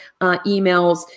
emails